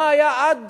מה היה עד